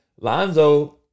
Lonzo